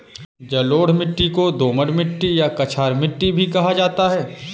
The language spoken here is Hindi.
जलोढ़ मिट्टी को दोमट मिट्टी या कछार मिट्टी भी कहा जाता है